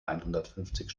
einhundertfünfzig